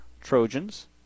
Trojans